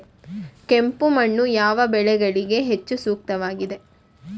ಕೆಂಪು ಮಣ್ಣು ಯಾವ ಬೆಳೆಗಳಿಗೆ ಹೆಚ್ಚು ಸೂಕ್ತವಾಗಿದೆ?